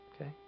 okay